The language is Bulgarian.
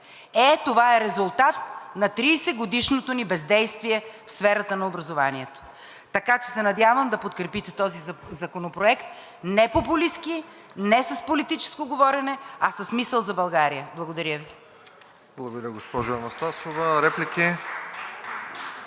Е, това е в резултат на 30-годишното ни бездействие в сферата на образованието. Така че се надявам да подкрепите този законопроект не популистки, не с политическо говорене, а с мисъл за България. Благодаря Ви. (Ръкопляскания от „БСП